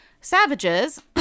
savages